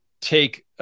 take